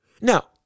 Now